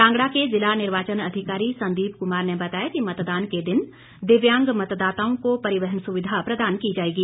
कांगड़ा के जिला निर्वाचन अधिकारी संदीप कुमार ने बताया कि मतदान के दिन दिव्यांग मतदाताओं को परिवहन सुविधा प्रदान की जाएगी